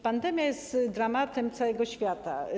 Pandemia jest dramatem całego świata.